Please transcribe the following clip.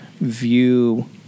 view